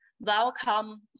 welcome